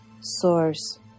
source